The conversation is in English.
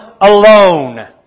alone